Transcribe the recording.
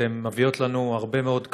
אתן מביאות לנו הרבה מאוד כבוד,